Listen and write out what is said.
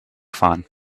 fahren